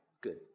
Good